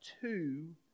two